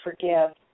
forgive